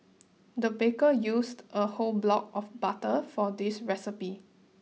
the baker used a whole block of butter for this recipe